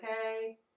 okay